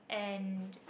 yup and